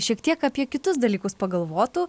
šiek tiek apie kitus dalykus pagalvotų